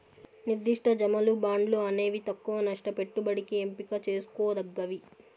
నిర్దిష్ట జమలు, బాండ్లు అనేవి తక్కవ నష్ట పెట్టుబడికి ఎంపిక చేసుకోదగ్గవి